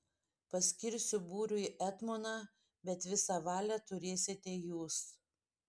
paskirsiu būriui etmoną bet visą valią turėsite jūs